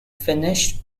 finished